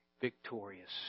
victorious